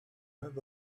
have